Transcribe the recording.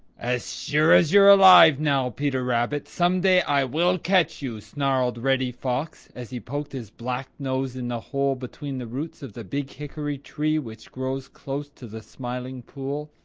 as sure as you're alive now, peter rabbit, some day i will catch you, snarled reddy fox, as he poked his black nose in the hole between the roots of the big hickory-tree which grows close to the smiling pool.